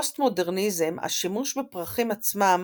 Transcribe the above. בפוסט מודרניזם השימוש בפרחים עצמם